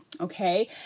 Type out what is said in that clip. okay